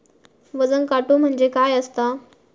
वजन काटो म्हणजे काय असता?